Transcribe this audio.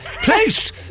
placed